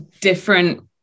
different